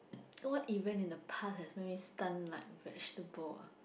what event in the past has made me stunned like vegetable